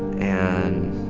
and